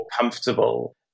comfortable